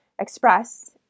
express